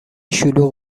شلوغ